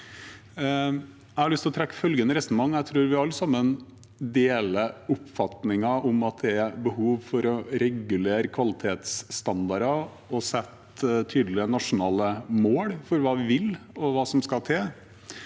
til å trekke følgende resonnement: Jeg tror vi alle sammen deler oppfatningen om at det er behov for å regulere kvalitetsstandarder og sette tydelige nasjonale mål for hva vi vil, og hva som skal til.